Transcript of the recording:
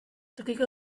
tokiko